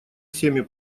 всеми